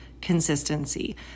consistency